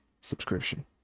subscription